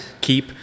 keep